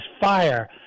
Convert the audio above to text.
fire